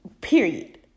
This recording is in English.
Period